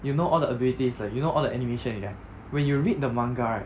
you know all the abilities like you know all the animation inside when you read the manga right